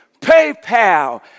PayPal